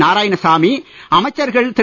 நாராயணசாமி அமைச்சர்கள் திரு